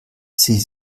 sie